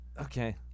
okay